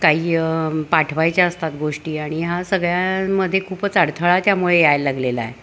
काही पाठवायच्या असतात गोष्टी आणि ह्या सगळ्यांमध्ये खूपच अडथळा त्यामुळे यायला लागलेला आहे